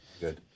Good